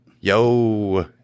yo